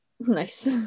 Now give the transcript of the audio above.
nice